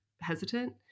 hesitant